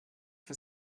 for